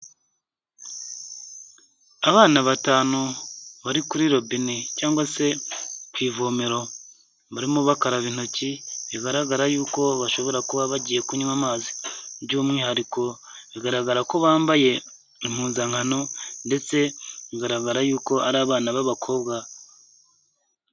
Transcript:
Abana batanu bari kuri robine cyangwa se ku ivomero, barimo bakaraba intoki, bigaragara yuko bashobora kuba bagiye kunywa amazi, by'umwihariko bigaragara ko bambaye impuzankano ndetse bigaragara yuko ari abana b'abakobwa.